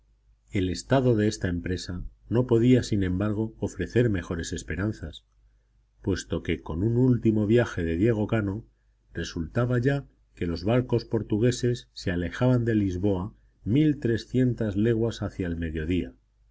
el estado de esta empresa no podía sin embargo ofrecer mejores esperanzas puesto que con un último viaje de diego cano resultaba ya que los barcos portugueses se alejaban de lisboa mil trescientas leguas hacia el mediodía